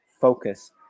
focus